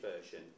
version